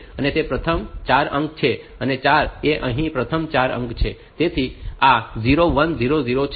તેથી તે પ્રથમ 4 અંક છે 4 તે અહીં આ પ્રથમ 4 અંક છે તેથી આ 0 1 0 0 છે